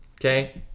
okay